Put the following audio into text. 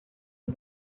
and